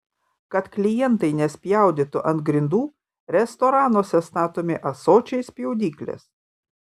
kad klientai nespjaudytų ant grindų restoranuose statomi ąsočiai spjaudyklės